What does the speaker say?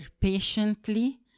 patiently